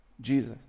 Jesus